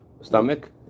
stomach